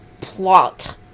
plot